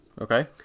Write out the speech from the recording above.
okay